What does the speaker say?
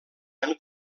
han